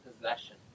possession